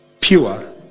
pure